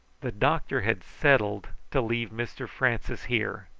the doctor had settled to leave mr francis here,